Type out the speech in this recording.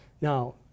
Now